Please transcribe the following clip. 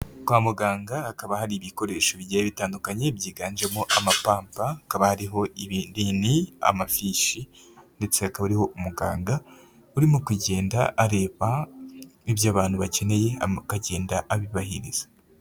Kwa muganga hakaba hari ibikoresho bigiye bitandukanye byiganjemo amapamba, hariho ibinini, amafishi ndetse hakaba hari umugangada urimo kugenda areba ibyo abantu bakeneye akagenda abibahereza.